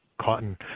cotton